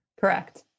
Correct